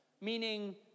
meaning